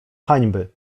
hańby